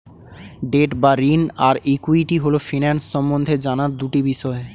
date বা ঋণ আর ইক্যুইটি হল ফিন্যান্স সম্বন্ধে জানার দুটি বিষয়